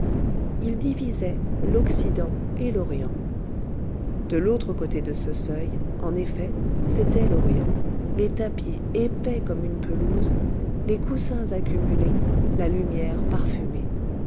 il divisait l'occident et l'orient de l'autre côté de ce seuil en effet c'était l'orient les tapis épais comme une pelouse les coussins accumulés la lumière parfumée